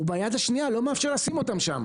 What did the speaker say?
וביד השנייה לא מאפשר לשים אותן שם.